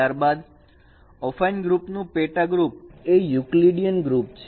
ત્યારબાદ affine group નું પેટા ગ્રુપ એ ઈકલીડીયન ગ્રુપ છે